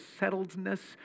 settledness